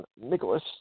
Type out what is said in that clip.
Nicholas